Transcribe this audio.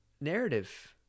narrative